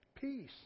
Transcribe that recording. peace